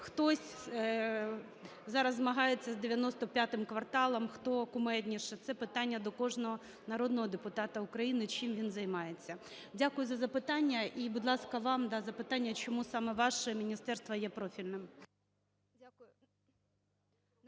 хтось зараз змагається з "95 кварталом", хто кумедніше. Це питання до кожного народного депутата України, чим він займається. Дякую за запитання. І, будь ласка, вам запитання: чому саме ваше міністерство є профільним.